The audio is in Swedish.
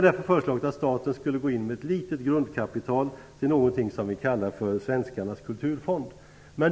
Därför föreslår vi att staten går in med ett litet grundkapital till vad vi kallar för svenskarnas kulturfond.